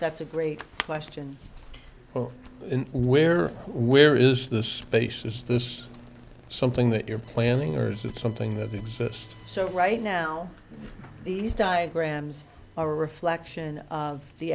that's a great question well where where is this space is this something that you're planning or is it something that exists so right now these diagrams are a reflection of the